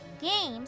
games